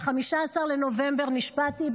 ב-15 בנובמבר נשבעתי,